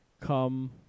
come